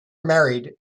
married